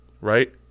right